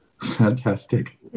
Fantastic